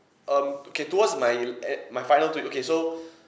um okay towards my eh my final two okay so